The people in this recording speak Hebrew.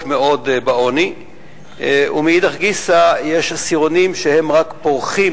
מאוד בעוני ומאידך גיסא יש עשירונים שהם רק פורחים